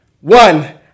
One